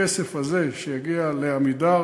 בכסף הזה שיגיע ל"עמידר",